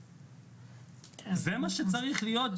זה מה שצריך להיות,